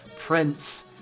Prince